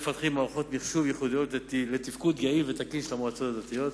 מפתחים מערכות מחשוב ייחודיות לתפקוד יעיל ותקין של המועצות הדתיות.